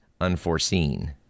unforeseen